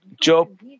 Job